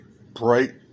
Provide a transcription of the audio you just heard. bright